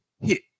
hit